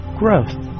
growth